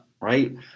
right